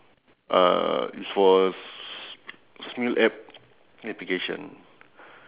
uh it's for smule app application